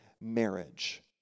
marriage